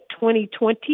2020